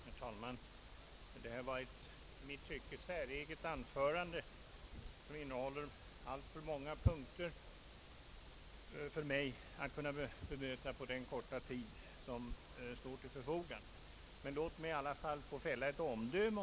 Herr talman! Statsrådet Wickmans anförande var i mitt tycke säreget, och det innehöll alltför många punkter för mig att bemöta på den korta tid som står till förfogande. Men låt mig i alla fall få fälla ett omdöme.